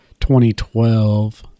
2012